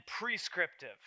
prescriptive